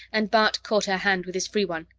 and bart caught her hand with his free one.